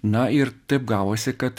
na ir taip gavosi kad